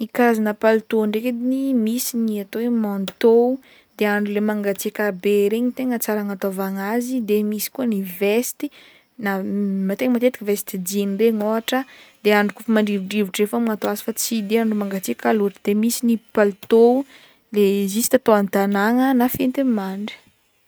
Ny karazagna palitao ndraiky ediny misy ny atao hoe manteau de andro leha mangatsiaka be regny tegna tsara agnataovagna azy de misy koa ny veste i na tegna matetiky veste jeans regny ôhatra de andro kaofa mandrivondrivotro zay fogna magnatao azy fa tsy dia andro mangatsiaka loatra de misy ny palitao le juste atao antanagna na fihentigny mandry